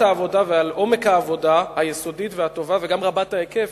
העבודה ועל עומק העבודה היסודית והטובה וגם רבת ההיקף